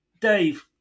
Dave